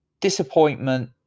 Disappointment